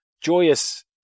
joyous